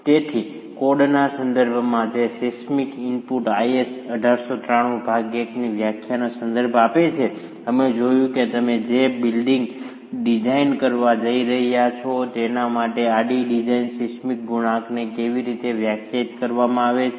તેથી કોડના સંદર્ભમાં જે સિસ્મિક ઇનપુટ IS 1893 ભાગ 1 ની વ્યાખ્યા નો સંદર્ભ આપે છે અમે જોયું છે કે તમે જે બિલ્ડિંગ ડિઝાઇન કરવા જઇ રહ્યા છો તેના માટે આડી ડિઝાઇન સિસ્મિક ગુણાંકને કેવી રીતે વ્યાખ્યાયિત કરવામાં આવે છે